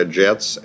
jets